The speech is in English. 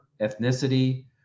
ethnicity